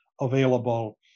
available